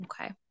okay